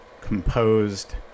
composed